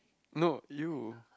no you